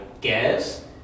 guess